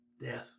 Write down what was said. death